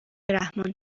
رحمان